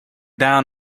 down